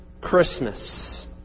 Christmas